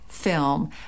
film